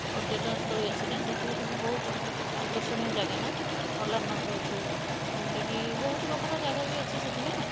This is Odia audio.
ପର୍ଯ୍ୟଟନ ସ୍ଥଳୀ ଅଛି ନା ସେଇଠୁ ସବୁ ବହୁତ ଆକର୍ଷଣୀୟ ଜାଗା ନା ଅଲାରନାଥ ଅଛି ଏମିତିକି ବହୁତପ୍ରକାର ଜାଗା ବି ଅଛି ସେଠିନା